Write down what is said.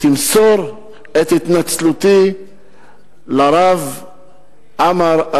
תמסור את התנצלותי לרב עמאר,